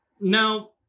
Now